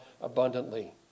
abundantly